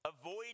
avoid